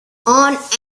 aunt